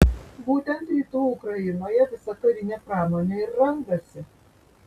būtent rytų ukrainoje visa karinė pramonė ir randasi